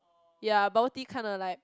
ya bubble tea kinda like